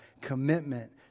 commitment